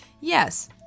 Yes